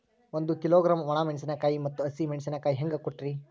ಒಂದ ಕಿಲೋಗ್ರಾಂ, ಒಣ ಮೇಣಶೀಕಾಯಿ ಮತ್ತ ಹಸಿ ಮೇಣಶೀಕಾಯಿ ಹೆಂಗ ಕೊಟ್ರಿ?